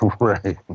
right